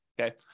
Okay